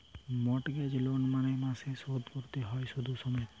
mortgage loan মাসে মাসে শোধ কোরতে হয় শুধ সমেত